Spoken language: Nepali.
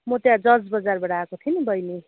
म त्यहाँ जज बजारबाट आएको थिएँ नि बहिनी